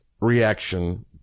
reaction